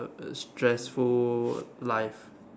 uh stressful life